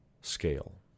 scale